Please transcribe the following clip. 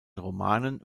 romanen